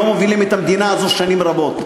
לא מובילים את המדינה הזאת שנים רבות.